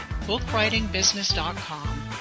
BookWritingBusiness.com